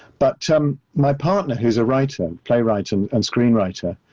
but um my partner, who's a writer, playwright and and screenwriter,